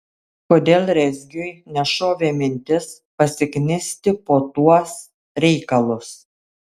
kodėl rezgiui nešovė mintis pasiknisti po tuos reikalus